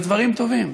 ודברים טובים: